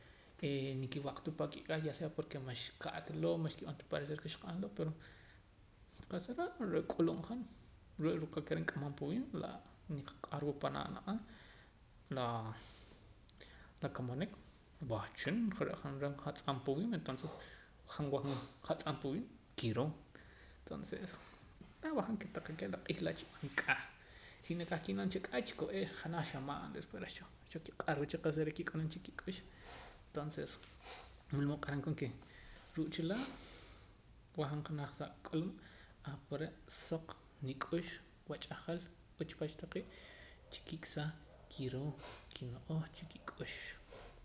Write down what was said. Nikiwaq ta paa' kik'aa ya sea porque max ka'ta loo' max kib'an ta parecer loo' ke xqab'an va pero nik'ulub' han re' la ke nk'amam pa wiib' niqaq'awa panaa' ne'eh laa la kamanik wahchin re' han re' jatz'am pa wiib' entonces han wajaam jatz'am pa wiib' kiroo tonces tah wajaam ke la q'iij laa' tahqa' keh chib'an k'aa si nikah ki'nam cha k'aa choko'ee janaj xamaana después reh choo ki'q'arwa cha qa'sa re' kik'amam cha chii' kik'ux tonces wul mood q'aran koon ke ruu' cha laa' wajaam janaj sa k'ulub' ahpare' soq nik'ux wach'ajal uchpacj taqee' chikik' saa kiroo kin'oo chi kik'ux